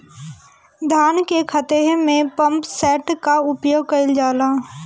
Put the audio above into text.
धान के ख़हेते में पम्पसेट का उपयोग कइल जाला?